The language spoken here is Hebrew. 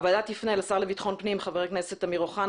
הוועדה תפנה לשר לביטחון הפנים חבר הכנסת אמיר אוחנה